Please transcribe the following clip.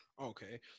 Okay